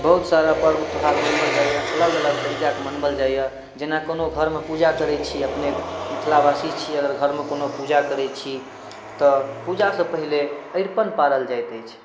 बहुत सारा पर्व त्यौहार मनाओल जाइ यऽ अलग अलग तरीका के मनाओल जाइ यऽ जेना कोनो घरमे पूजा करै छियै अपनेक मिथिलावासी छी अगर घरमे कोनो पूजा करै छी तऽ पूजा सँ पहिले अरिपन पारल जाइत अछि